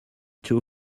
two